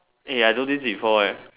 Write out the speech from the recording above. eh I do this before eh